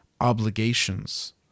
Obligations